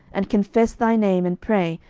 and confess thy name, and pray,